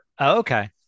Okay